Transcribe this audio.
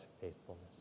faithfulness